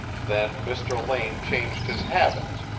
then mr. lane changed his habits.